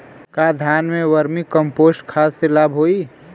का धान में वर्मी कंपोस्ट खाद से लाभ होई?